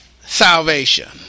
salvation